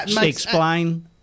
Explain